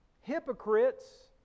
hypocrites